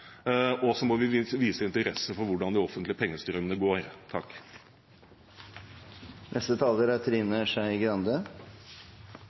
Men så er det selvfølgelig viktig at vi viser interesse for hvordan de offentlige pengestrømmene går. For Kristelig Folkeparti er